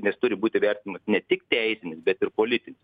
nes turi būti vertinamas ne tik teisinis bet ir politinis